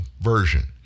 version